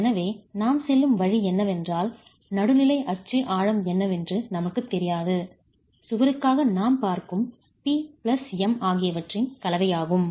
எனவே நாம் செல்லும் வழி என்னவென்றால் நடுநிலை அச்சு ஆழம் என்னவென்று நமக்குத் தெரியாது சுவருக்காக நாம் பார்க்கும் P பிளஸ் M ஆகியவற்றின் கலவையாகும்